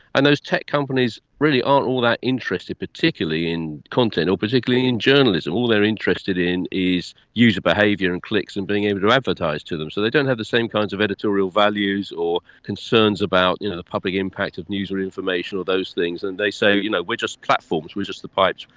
and those tech companies really aren't all that interested particularly in content or particularly in journalism. all they are interested in is user behaviour and clicks and being able to advertise to them. so they don't have the same kinds of editorial values or concerns about the public impact of user information or those things, and they say you know we're just platforms, we are just the pipes,